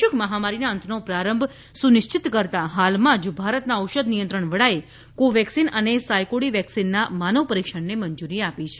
વૈશ્વિક મહામારીના અંતનો પ્રારંભ સુનિશ્ચિત કરતા હાલમાં જ ભારતના ઔષધ નિયંત્રણ વડાએ કોવેક્સિન અને સાયકોડી વેક્સિનના માનવ પરિક્ષણને મંજૂરી આપી છે